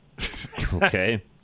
Okay